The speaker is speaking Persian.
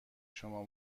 شما